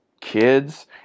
kids